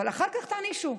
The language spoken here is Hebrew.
אחר כך תענישו,